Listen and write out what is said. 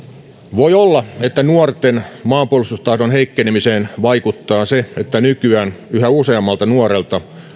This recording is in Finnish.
voi olla että nuorten maanpuolustustahdon heikkenemiseen vaikuttaa se että nykyään yhä useammalta nuorelta